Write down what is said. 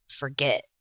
Forget